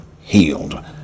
healed